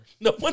No